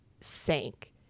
sank